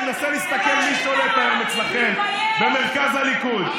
אני מנסה להסתכל על מי ששולט בהם אצלכם במרכז הליכוד.